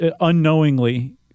unknowingly